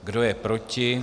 Kdo je proti?